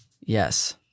Yes